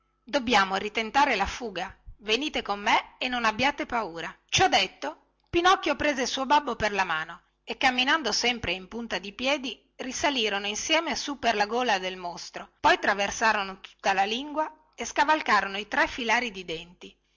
conduci dobbiamo ritentare la fuga venite con me e non abbiate paura ciò detto pinocchio prese il suo babbo per la mano e camminando sempre in punta di piedi risalirono insieme su per la gola del mostro poi traversarono tutta la lingua e scavalcarono i tre filari di denti